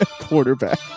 Quarterback